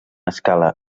escala